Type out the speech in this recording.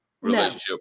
relationship